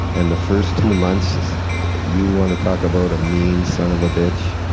and the first two months you wanna talk about a mean son of a bitch.